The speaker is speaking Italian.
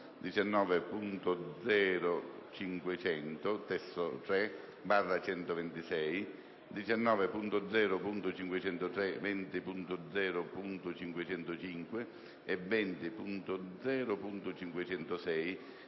19.0.503, 20.0.505 e 20.0.506,